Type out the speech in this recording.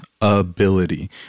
ability